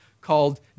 called